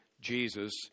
Jesus